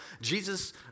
Jesus